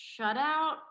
shutout